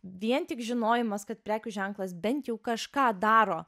vien tik žinojimas kad prekių ženklas bent jau kažką daro